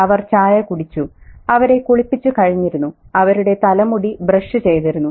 അവർ ചായ കുടിച്ചു അവരെ കുളിപ്പിച്ച് കഴിഞ്ഞിരുന്നു അവരുടെ തലമുടി ബ്രഷ് ചെയ്തിരുന്നു